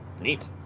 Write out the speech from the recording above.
Neat